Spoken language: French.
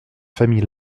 famille